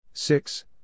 Six